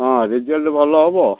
ହଁ ରେଜଲ୍ଟ ଭଲ ହବ